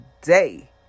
today